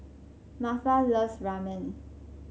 Martha loves Ramen